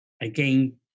Again